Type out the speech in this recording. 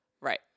Right